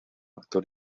actor